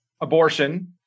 abortion